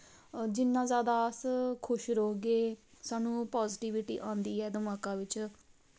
जिन्ना जैदा अस खुश रौह्गे साह्नू पाजिटिविटी आंदी ऐ दमाका बिच्च